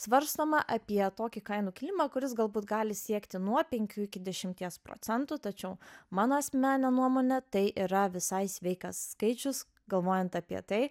svarstoma apie tokį kainų kilimą kuris galbūt gali siekti nuo penkių iki dešimties procentų tačiau mano asmenine nuomone tai yra visai sveikas skaičius galvojant apie tai